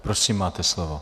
Prosím, máte slovo.